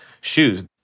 shoes